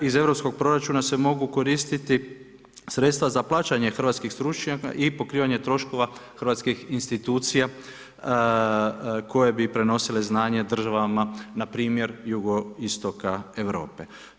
Iz europskog proračuna se mogu koristiti sredstva za plaćanje hrvatskih stručnjaka i pokrivanje troškova hrvatskih institucija koje bi prenosile znanje državama, npr. jugoistoka Europe.